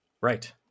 Right